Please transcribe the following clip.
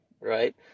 right